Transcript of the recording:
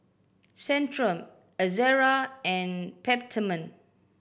Centrum Ezerra and Peptamen